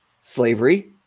slavery